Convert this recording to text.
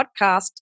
podcast